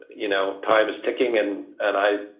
you know. time is ticking. and and i,